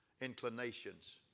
inclinations